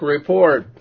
Report